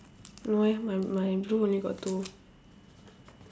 no eh my my room only got two